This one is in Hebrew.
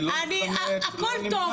אני לא -- הכול טוב,